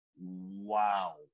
wow